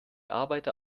arbeiter